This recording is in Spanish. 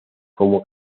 como